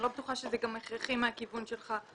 אני לא בטוחה שזה גם הכרחי מהכיוון שלך.